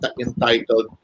entitled